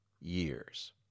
years